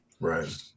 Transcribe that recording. Right